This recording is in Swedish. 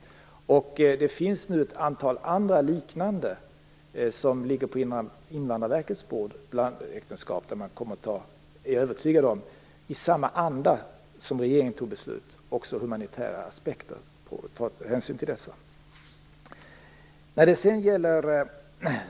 Det finns nu ett antal andra liknande fall av blandäktenskap som ligger på Invandrarverkets bord där jag är övertygad om att man kommer att fatta beslut i samma anda som regeringen fattade sitt beslut, dvs. att man tar hänsyn till humanitära aspekter.